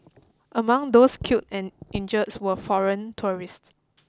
among those killed and injured were foreign tourists